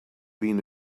being